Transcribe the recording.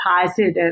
positive